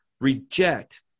reject